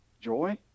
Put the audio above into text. joy